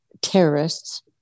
terrorists